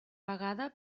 vegada